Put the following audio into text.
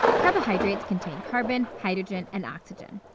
carbohydrates contain carbon, hydrogen, and oxygen.